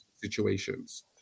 situations